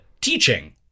teaching